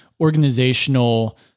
organizational